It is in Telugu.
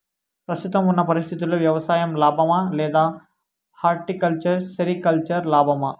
ప్రస్తుతం ఉన్న పరిస్థితుల్లో వ్యవసాయం లాభమా? లేదా హార్టికల్చర్, సెరికల్చర్ లాభమా?